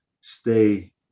stay